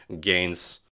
gains